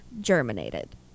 Germinated